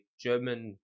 German